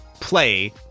play